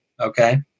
okay